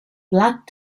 black